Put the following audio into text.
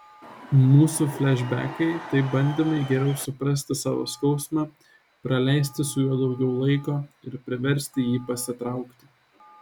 mūsų flešbekai tai bandymai geriau suprasti savo skausmą praleisti su juo daugiau laiko ir priversti jį pasitraukti